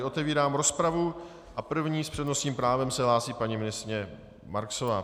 Otevírám rozpravu a první s přednostním právem se hlásí paní ministryně Marksová.